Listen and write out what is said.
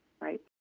right